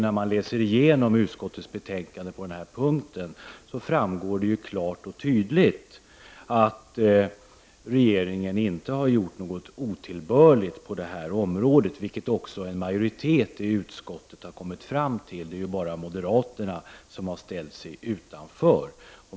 När man läser igenom utskottets betänkande på den här punkten, framgår det klart och tydligt att regeringen inte har gjort något otillbörligt på detta område, vilket också en majoritet i utskottet har kommit fram till. Det är bara moderaterna som har ställt sig utanför.